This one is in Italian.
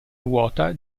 ruota